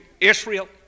Israel